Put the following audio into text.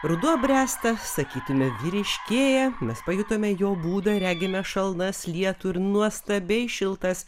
ruduo bręsta sakytume vyriškėja mes pajutome jo būdą regime šalnas lietų ir nuostabiai šiltas